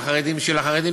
לחרדים של החרדים.